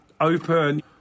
open